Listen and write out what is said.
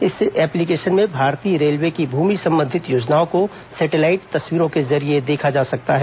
इसे एप्लीकेशन में भारतीय रेलवे की भूमि संबंधित योजनाओं को सेटेलाइट तस्वीरों के जरिये देखा जा सकता है